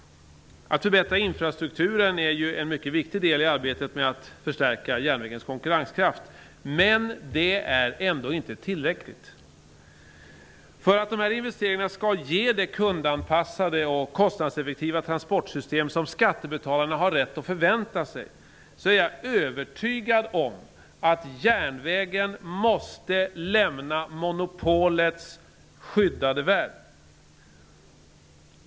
Att förbättra infrastrukturen är en mycket viktig del i arbetet med att förstärka järnvägens konkurrenskraft, men det är ändå inte tillräckligt. För att investeringarna skall ge det kundanpassade och kostnadseffektiva transportsystem som skattebetalarna har rätt att förvänta sig måste järnvägen -- det är jag övertygad om -- lämna monopolets skyddade värld.